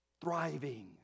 thriving